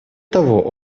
того